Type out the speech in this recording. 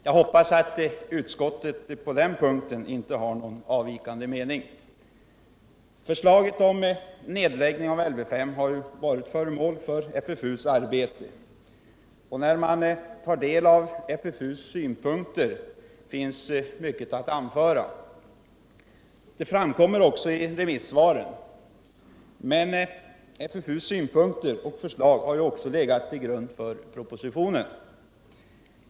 Jag hoppas att utskottet på den punkten inte har någon avvikande mening. Förslaget om nedläggning av Lv 5 har varit föremål för FFU:s arbete. När man tar delav FFU:s synpunkter finner man att utredningen inte haft mycket att anföra. Det framkommer också av remissvaren. Men FFU:s synpunkter och förslag har ändå lagts till grund för propositionen.